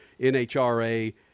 NHRA